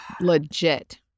legit